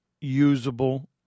usable